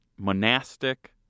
monastic